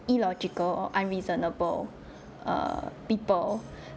illogical or unreasonable err people